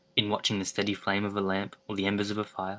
in watching the steady flame of a lamp, or the embers of a fire